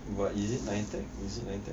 but is is NITEC